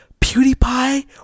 PewDiePie